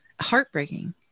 Heartbreaking